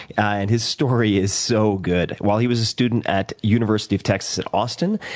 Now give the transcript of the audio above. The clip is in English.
and his story is so good. while he was a student at university of texas at austin,